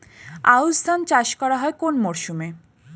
আউশ ধান চাষ করা হয় কোন মরশুমে?